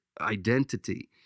identity—